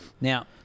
Now